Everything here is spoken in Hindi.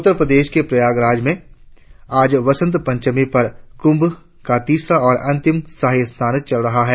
उत्तर प्रदेश के प्रयागराज में आज वसंत पंचमी पर कुँभ का तीसरा और अंतिम शाही स्नान चल रहा है